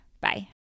bye